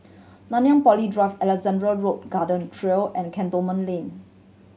Nanyang Poly Drive Alexandra Road Garden Trail and Cantonment Link